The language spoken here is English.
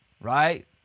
right